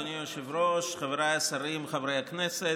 אדוני היושב-ראש, חבריי השרים, חברי הכנסת,